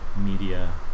media